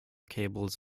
cables